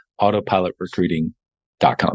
autopilotrecruiting.com